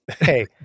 Hey